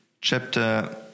chapter